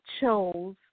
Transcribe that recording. chose